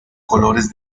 colores